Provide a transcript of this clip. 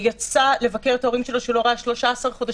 שיצא לבקר את ההורים שלו שהוא לא ראה 13 חודשים,